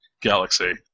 galaxy